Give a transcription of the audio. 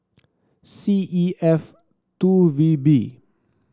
C E F two V B